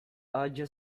audio